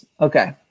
Okay